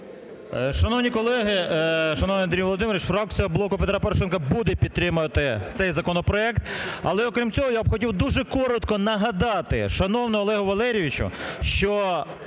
Шановні колеги, шановний Андрій Володимирович, фракція "Блоку Петра Порошенка" буде підтримувати цей законопроект. Але, окрім цього, я б хотів дуже коротко нагадати шановному Олегу Валерійовичу, що